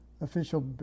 official